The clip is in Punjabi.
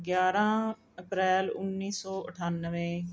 ਗਿਆਰ੍ਹਾਂ ਅਪ੍ਰੈਲ ਉੱਨੀ ਸੌ ਅਠਾਨਵੇਂ